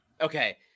Okay